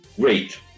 great